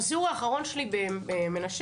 בסיור האחרון שלי במנשה,